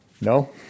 No